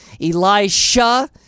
Elisha